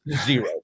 Zero